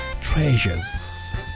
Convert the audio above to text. treasures